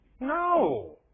No